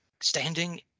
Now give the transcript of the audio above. standing